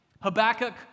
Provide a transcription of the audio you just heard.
Habakkuk